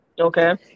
Okay